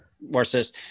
Versus